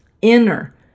inner